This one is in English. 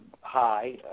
high